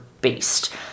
based